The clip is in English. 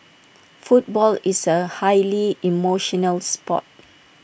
football is A highly emotional Sport